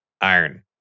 Iron